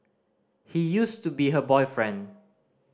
he used to be her boyfriend